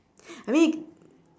I mean